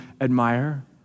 admire